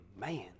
Man